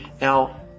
Now